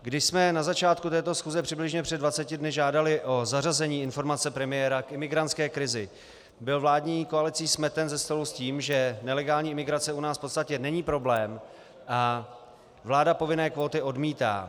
Když jsme na začátku této schůze přibližně před 20 dny žádali o zařazení informace premiéra k imigrantské krizi, byl vládní koalicí smeten ze stolu s tím, že nelegální imigrace u nás v podstatě není problém a vláda povinné kvóty odmítá.